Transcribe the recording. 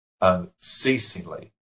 unceasingly